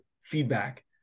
feedback